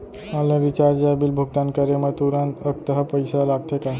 Online recharge या bill भुगतान करे मा तुरंत अक्तहा पइसा लागथे का?